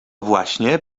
właśnie